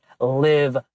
live